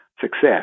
success